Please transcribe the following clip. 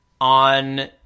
on